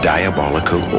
Diabolical